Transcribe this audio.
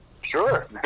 Sure